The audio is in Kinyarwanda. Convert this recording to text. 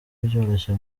byoroshye